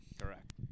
Correct